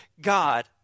God